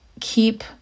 keep